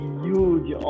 huge